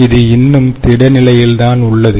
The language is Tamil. இது இன்னும் திட நிலையில்தான் உள்ளது